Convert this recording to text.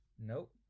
Nope